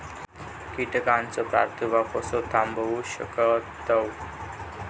कीटकांचो प्रादुर्भाव कसो थांबवू शकतव?